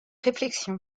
réflexion